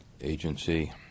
agency